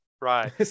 Right